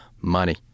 money